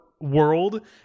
world